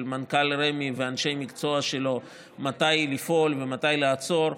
מנכ"ל רמ"י ואנשי המקצוע שלו מתי לפעול ומתי לעצור,